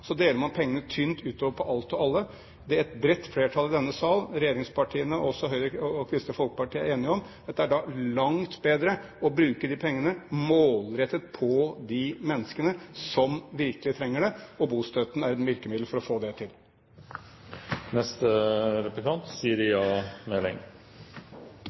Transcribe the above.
deler man pengene tynt utover på alt og alle. Det et bredt flertall i denne salen – regjeringspartiene, Høyre og Kristelig Folkeparti – er enige om, er at det er langt bedre å bruke de pengene målrettet på de menneskene som virkelig trenger det. Bostøtten er et virkemiddel for å få det